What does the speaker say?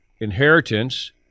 inheritance